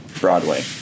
Broadway